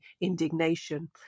indignation